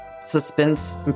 suspense